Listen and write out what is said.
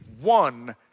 one